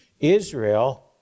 Israel